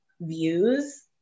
views